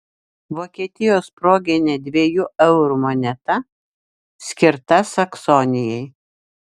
vokietijos proginė dviejų eurų moneta skirta saksonijai